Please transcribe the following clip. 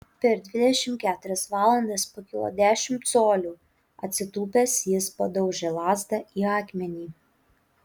per dvidešimt keturias valandas pakilo dešimt colių atsitūpęs jis padaužė lazdą į akmenį